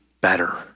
better